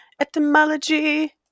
Etymology